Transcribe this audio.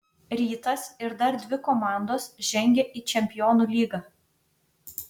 rytas ir dar dvi komandos žengia į čempionų lygą